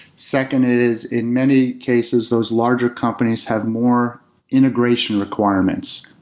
second is in many cases, those larger companies have more integration requirements.